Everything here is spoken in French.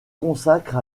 consacre